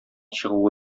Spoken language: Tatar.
чыгуы